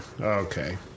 Okay